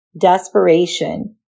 desperation